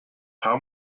how